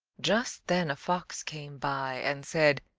just then a fox came by, and said,